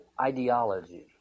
ideology